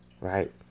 right